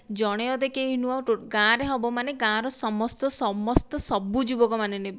ଜଣେ ଅଧେ କେହି ନୁହଁ ଗାଁ ରେ ହବ ମାନେ ଗାଁ ର ସମସ୍ତ ସମସ୍ତ ସବୁ ଯୁବକ ମାନେ ନେବେ